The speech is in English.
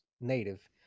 native